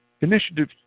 Initiative